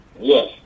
Yes